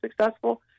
successful